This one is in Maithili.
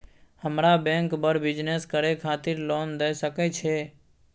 हमरा बैंक बर बिजनेस करे खातिर लोन दय सके छै?